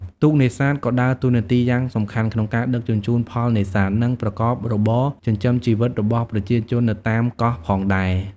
ទូកនេសាទក៏ដើរតួនាទីយ៉ាងសំខាន់ក្នុងការដឹកជញ្ជូនផលនេសាទ និងប្រកបរបរចិញ្ចឹមជីវិតរបស់ប្រជាជននៅតាមកោះផងដែរ។